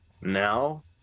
now